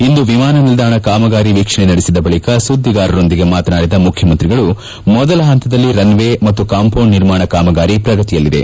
ಇಂದು ವಿಮಾನ ನಿಲ್ದಾಣ ಕಾಮಗಾರಿ ವೀಕ್ಷಣೆ ನಡೆಸಿದ ಬಳಿಕ ಸುದ್ದಿಗಾರರೊಂದಿಗೆ ಮಾತನಾಡಿದ ಮುಖ್ಯಮಂತ್ರಿಗಳು ಮೊದಲ ಪಂತದಲ್ಲಿ ರನ್ವೇ ಮತ್ತು ಕಂಪೌಂಡ್ ನಿರ್ಮಾಣ ಕಾಮಗಾರಿ ಪ್ರಗತಿಯಲ್ಲಿದೆ